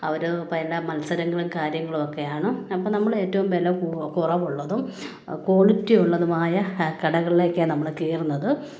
അവർ ഭയങ്കര മത്സരങ്ങളും കാര്യങ്ങളുമൊക്കെ ആണ് അപ്പം നമ്മളേറ്റവും വില കുറവുള്ളതും ക്വാളിറ്റി ഉള്ളതുമായ കടകളിലൊക്കെയാ നമ്മൾ കയറുന്നത്